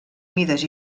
mides